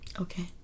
okay